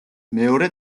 მეორე